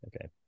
Okay